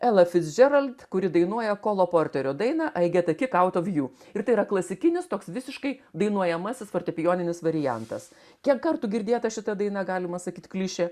ella fitzgerald kuri dainuoja kolo porterio dainą i get a kick out of you ir tai yra klasikinis toks visiškai dainuojamasis fortepijoninis variantas kiek kartų girdėta šita daina galima sakyt klišė